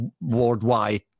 worldwide